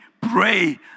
pray